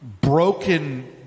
broken